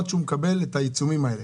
עד שהוא מקבל את העיצומים האלה?